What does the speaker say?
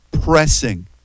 pressing